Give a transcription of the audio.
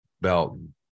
Belton